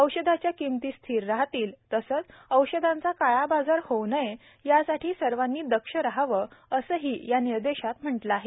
औषधाच्या किंमती स्थिर राहतील तसंच औषधांचा काळाबाजार होऊ नये यासाठी सर्वांनी दक्ष राहावं असंही या निर्देशात म्हटलं आहे